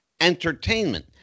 entertainment